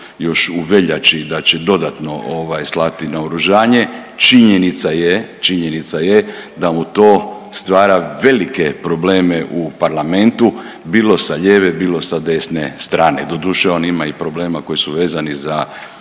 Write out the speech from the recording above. još u veljači da će dodatno slati naoružanje. Činjenica je, činjenica je da mu to stvara velike probleme u Parlamentu bilo sa lijeve, bilo sa desene strane. Doduše on ima i problema koji su vezani za